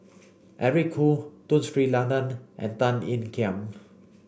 Eric Khoo Tun Sri Lanang and Tan Ean Kiam